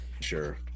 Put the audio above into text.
Sure